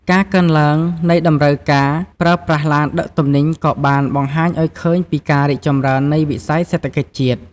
ការកើនឡើងនៃតម្រូវការប្រើប្រាស់ឡានដឹកទំនិញក៏បានបង្ហាញឱ្យឃើញពីការរីកចម្រើននៃវិស័យសេដ្ឋកិច្ចជាតិ។